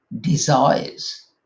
desires